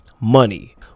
money